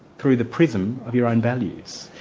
through the prism of your own values,